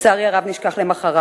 לצערי הרב נשכח למחרת.